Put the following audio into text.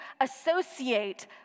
associate